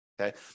Okay